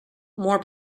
more